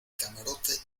camarote